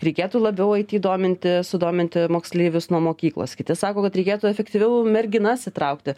reikėtų labiau aity dominti sudominti moksleivius nuo mokyklos kiti sako kad reikėtų efektyviau merginas įtraukti